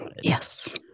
Yes